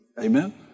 Amen